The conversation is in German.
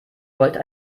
wollte